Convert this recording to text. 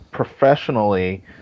Professionally